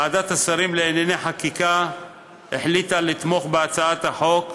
ועדת השרים לענייני חקיקה החליטה לתמוך בהצעת החוק,